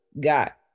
got